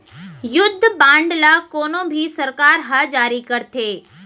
युद्ध बांड ल कोनो भी सरकार ह जारी करथे